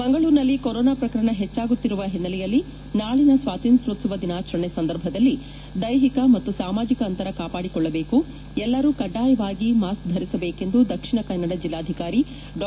ಮಂಗಳೂರಿನಲ್ಲಿ ಕೊರೊನಾ ಪ್ರಕರಣ ಹೆಚ್ಚಾಗುತ್ತಿರುವ ಹಿನ್ನೆಲೆಯಲ್ಲಿ ನಾಳನ ಸ್ವಾತಂತ್ರ್ಯೋತ್ಸವ ದಿನಾಚರಣೆ ಸಂದರ್ಭದಲ್ಲಿ ದೈಹಿಕ ಮತ್ತು ಸಾಮಾಜಿಕ ಅಂತರ ಕಾಪಾಡಿಕೊಳ್ಳಬೇಕು ಎಲ್ಲರೂ ಕಡ್ಡಾಯವಾಗಿ ಮಾಸ್ಕ್ ಧರಿಸಬೇಕು ಎಂದು ದಕ್ಷಿಣ ಕನ್ನಡ ಜಿಲ್ಲಾಧಿಕಾರಿ ಡಾ